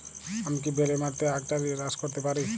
আমি কি বেলে মাটিতে আক জাতীয় চাষ করতে পারি?